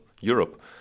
Europe